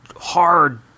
hard